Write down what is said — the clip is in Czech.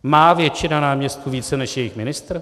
Má většina náměstků více než jejich ministr?